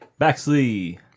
Baxley